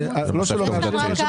הרשימה שסימנה 2022-015196, מי בעד?